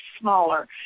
smaller